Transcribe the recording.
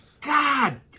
God